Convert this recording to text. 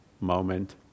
moment